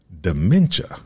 dementia